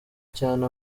cyane